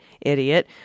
idiot